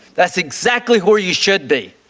that's exactly where you should be,